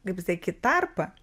kaip pasaky tarpą